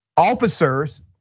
officers